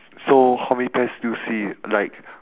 so how many pears do you see like